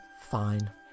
fine